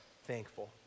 thankful